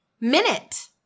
minute